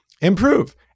improve